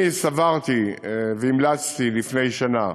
אני סברתי והמלצתי, לפני שנה,